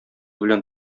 белән